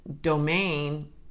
domain